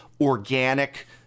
organic